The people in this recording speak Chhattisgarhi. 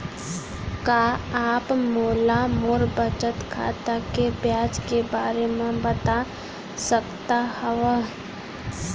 का आप मोला मोर बचत खाता के ब्याज के बारे म बता सकता हव?